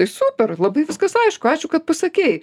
tai super labai viskas aišku ačiū kad pasakei